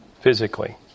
physically